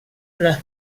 les